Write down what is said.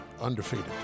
undefeated